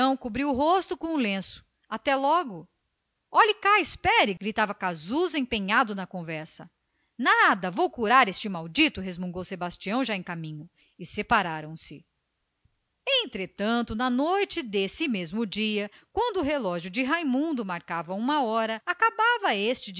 cobrindo o rosto com o lenço e afastando-se olhe espere seu sebastião gritava o casusa querendo detê lo empenhado na palestra nada vou ali ao maneca barbeiro curar este maldito e separaram-se entretanto na noite desse mesmo dia quando o relógio de raimundo marcava onze horas acabava este